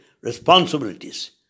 responsibilities